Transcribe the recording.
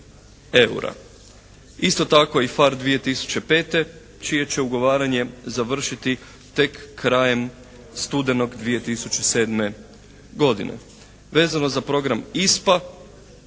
Isto tako i PHARE 2005. čije će ugovaranje završiti tek krajem studenog 2007. godine. Vezano za program ISPA